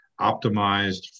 optimized